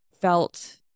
felt